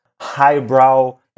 highbrow